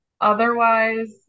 otherwise